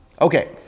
okay